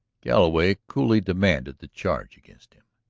galloway coolly demanded the charge against him.